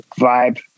vibe